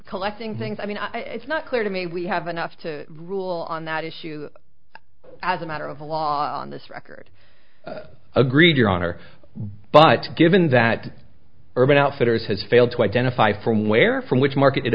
collecting things i mean it's not clear to me we have enough to rule on that issue as a matter of law on this record agreed your honor but given that urban outfitters has failed to identify from where from which market